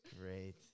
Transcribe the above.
great